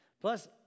Plus